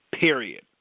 Period